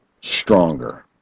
stronger